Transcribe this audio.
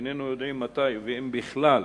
"איננו יודעים מתי, ואם בכלל,